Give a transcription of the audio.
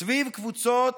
סביב קבוצות